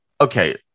okay